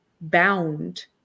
bound